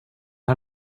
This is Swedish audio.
här